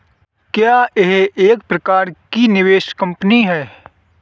क्या यह एक प्रकार की निवेश कंपनी है?